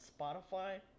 Spotify